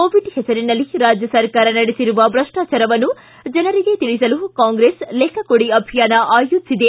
Covid ಹೆಸರಿನಲ್ಲಿ ರಾಜ್ಯ ಸರಕಾರ ನಡೆಸಿರುವ ಭ್ರಷ್ಟಾಚಾರವನ್ನು ಜನರಿಗೆ ತಿಳಿಸಲು ಕಾಂಗ್ರೆಸ್ ಲೆಕ್ಕ ಕೊಡಿ ಅಭಿಯಾನ ಆಯೋಜಿಸಿದೆ